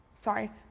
sorry